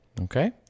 Okay